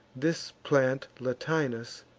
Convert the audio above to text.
this plant latinus,